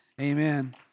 Amen